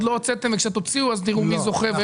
לא הוצאתם וכאשר תוציאו אז תראו מי זוכה?